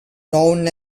known